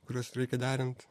kuriuos reikia derint